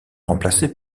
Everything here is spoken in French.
remplacé